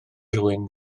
rhywun